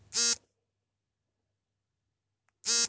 ಮೂರು ವಿಧದ ಸಾಲಗಳು ಯಾವುವು?